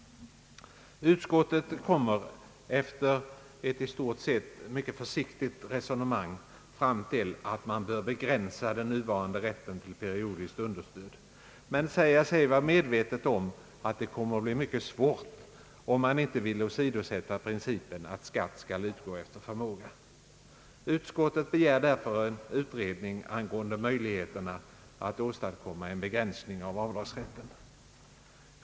Utskottet kommer — efter ett i stort sett mycket försiktigt resonemang — fram till att man bör begränsa den nuvarande rätten till periodiskt understöd men säger sig vara medvetet om att det kommer att bli mycket svårt, om man inte vill åsidosätta principen att skatt skall utgå efter förmåga. Utskottet begär därför en utredning angående möjligheterna att åstadkomma en begränsning av avdragsrätten.